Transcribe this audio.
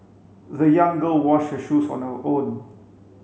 the young girl washed her shoes on her own